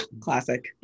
classic